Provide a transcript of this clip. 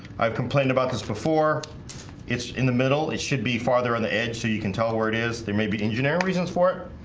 i've complained about this before it's in the middle it should be farther on the edge, so you can tell where it is there may be engineering reasons for it